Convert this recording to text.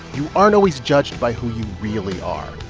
you aren't always judged by who you really are,